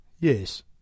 yes